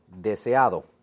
deseado